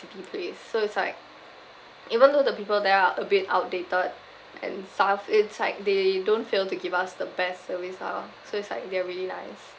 city place so it's like even though the people there are a bit outdated and stuff it's like they don't fail to give us the best service ah so it's like they are really nice